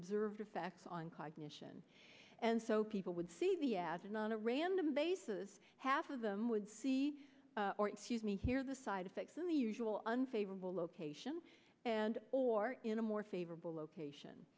observed effects on cognition and so people would see the ads and on a random basis half of them would see or excuse me here the side effects in the usual unfavorable location and or in a more favorable location